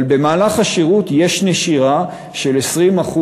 אבל במהלך השירות יש נשירה של 20%,